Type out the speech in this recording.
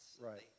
Right